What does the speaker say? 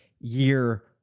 year